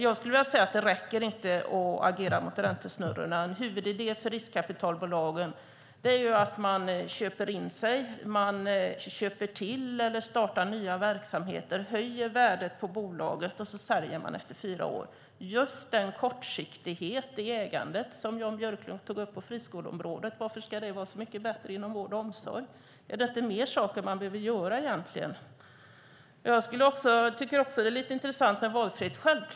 Jag skulle vilja säga att det inte räcker att agera mot räntesnurror. En huvudidé för riskkapitalbolagen är att man köper in sig, köper till eller startar nya verksamheter, höjer värdet på bolaget och säljer efter fyra år. Det är just den kortsiktighet i ägandet som Jan Björklund tog upp på friskoleområdet. Varför ska det vara så mycket bättre inom vård och omsorg? Finns det inte mer saker man behöver göra? Jag tycker också att det är lite intressant med valfrihet.